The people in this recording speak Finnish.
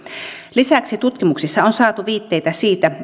lisäksi tutkimuksissa on saatu viitteitä siitä